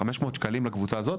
500 שקלים לקבוצה הזאת?",